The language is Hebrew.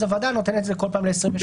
הוועדה נותנת את זה כל פעם ל-28 ימים.